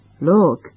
Look